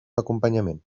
acompanyament